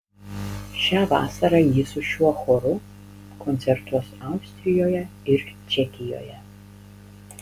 šią vasarą ji su šiuo choru koncertuos austrijoje ir čekijoje